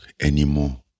anymore